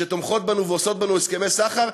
שתומכות בנו ועושות אתנו הסכמי סחר,